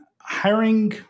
hiring